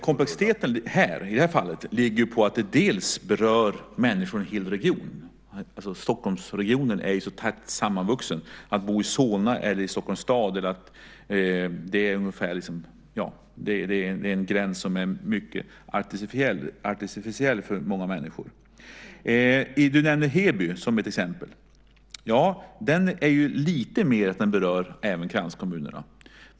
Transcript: Komplexiteten i det här fallet handlar om att detta berör människor i en hel region. Stockholmsregionen är ju så tätt sammanvuxen. Det är en gräns som är mycket artificiell för många människor mellan att bo i Solna eller i Stockholms stad. Du nämnde Heby som ett exempel. Ja, den frågan berörde lite mer även kranskommunerna.